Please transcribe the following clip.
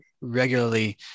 regularly